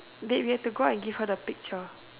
they we have to go out and give her the picture